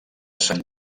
sant